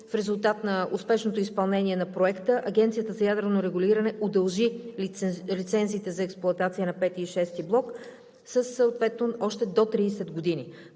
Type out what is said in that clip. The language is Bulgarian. в резултат на успешното изпълнение на проекта Агенцията за ядрено регулиране удължи лицензиите за експлоатация на V и VІ блок съответно с още до 30 години.